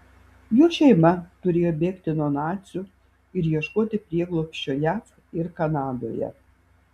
jo šeima turėjo bėgti nuo nacių ir ieškoti prieglobsčio jav ir kanadoje